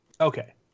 Okay